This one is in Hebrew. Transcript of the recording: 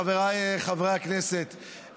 חבריי חברי הכנסת,